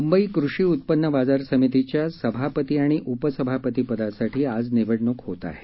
मुंबई कृषी उत्पन्न बाजार समितीच्या सभापती आणि उपसभापती पदासाठी आज निवडणूक होत आहे